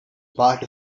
part